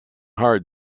hard